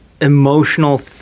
emotional